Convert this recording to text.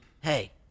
Hey